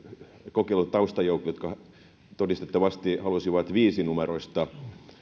kokeilun taustajoukoille jotka todistettavasti halusivat viisinumeroista